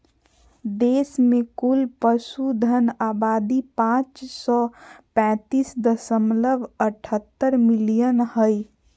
देश में कुल पशुधन आबादी पांच सौ पैतीस दशमलव अठहतर मिलियन हइ